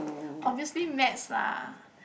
obviously maths lah